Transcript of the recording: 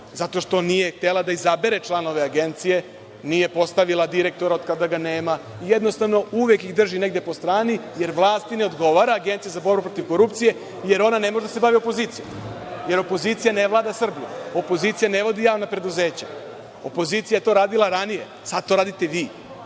zato što nije htela da izabere članove Agencije, nije postavila direktora od kada ga nema, jednostavno uvek ih drži negde po strani, jer vlasti ne odgovara Agencija za borbu protiv korupcije, jer ona ne može da se bavi opozicijom, jer opozicija ne vlada Srbijom, opozicija ne vodi javna preduzeća, opozicija je to radila ranije, sada to radite vi.